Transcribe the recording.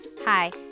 Hi